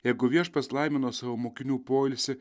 jeigu viešpats laimino savo mokinių poilsį